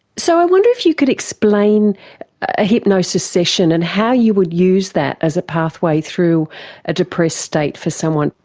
so i ah wonder if you could explain a hypnosis session and how you would use that as a pathway through a depressed state for someone.